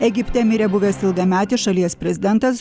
egipte mirė buvęs ilgametis šalies prezidentas